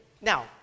Now